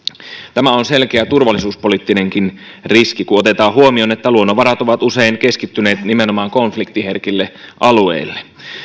tämä on selkeä turvallisuuspoliittinenkin riski kun otetaan huomioon että luonnonvarat ovat usein keskittyneet nimenomaan konfliktiherkille alueille